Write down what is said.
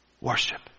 worship